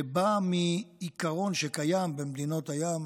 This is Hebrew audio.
זה בא מעיקרון שקיים במדינות הים,